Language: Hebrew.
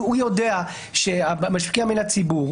הוא יודע שהמשקיע מן הציבור,